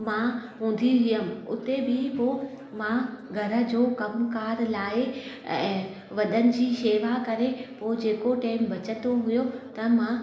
मां हूंदी हुअमि उते बि पोइ मां घर जो कमकार लाइ ऐं वॾनि जी शेवा करे पोइ जेको टाइम बचंदो हुओ त मां